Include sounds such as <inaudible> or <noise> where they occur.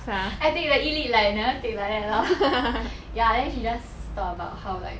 <breath> I take the E lit like never take like that lor <breath> ya then she just talk about how like